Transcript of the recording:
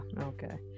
Okay